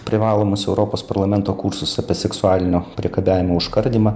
privalomus europos parlamento kursus apie seksualinio priekabiavimo užkardymą